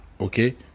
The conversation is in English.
okay